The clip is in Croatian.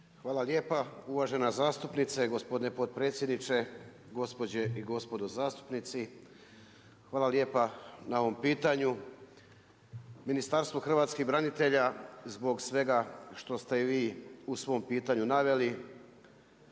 Hvala lijepa. Uvažena zastupnice, gospodine potpredsjedniče, gospođe i gospodo zastupnici. Hvala lijepa na ovom pitanju. Ministarstvo hrvatskih branitelja, zbog svega što ste i vi u svom pitanju naveli,